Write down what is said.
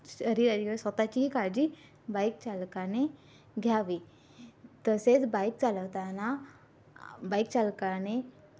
शरीर स्वतःचीही काळजी बाईक चालकाने घ्यावी तसेच बाईक चालवताना बाईक चालकाने